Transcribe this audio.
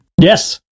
Yes